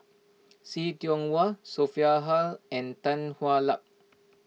See Tiong Wah Sophia Hull and Tan Hwa Luck